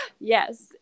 yes